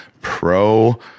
pro